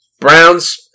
Browns